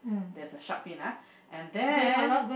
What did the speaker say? there's a shark fin ah and then